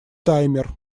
таймер